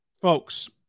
Folks